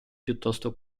piuttosto